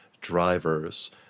drivers